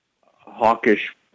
hawkish